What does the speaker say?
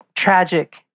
tragic